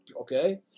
okay